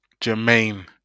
Jermaine